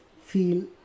feel